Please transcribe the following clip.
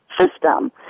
system